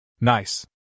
Nice